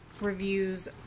reviews